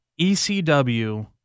ECW